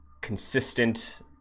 consistent